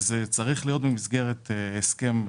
זה צריך להיות במסגרת הסכם.